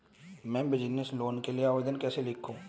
मैं business loan के लिए आवेदन कैसे लिखूँ?